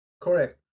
Correct